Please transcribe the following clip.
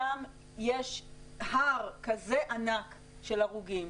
שם יש הר כזה ענק של הרוגים,